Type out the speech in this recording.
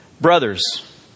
Brothers